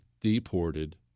deported